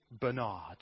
Bernard